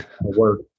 work